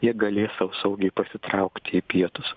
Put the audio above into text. jie gali sau saugiai pasitraukti į pietus